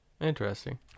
Interesting